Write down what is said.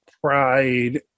Pride